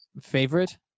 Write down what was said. favorite